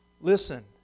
Listen